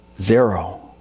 zero